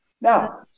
Now